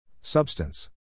Substance